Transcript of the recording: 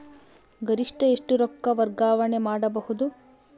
ಗರಿಷ್ಠ ಎಷ್ಟು ರೊಕ್ಕ ವರ್ಗಾವಣೆ ಮಾಡಬಹುದು?